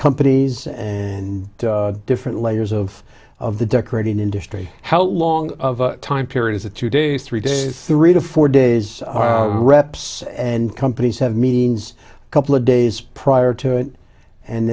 companies and different layers of of the decorating industry how long of a time period is it two days three days three to four days reps and companies have means a couple of days prior to it and